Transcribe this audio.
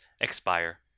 expire